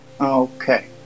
Okay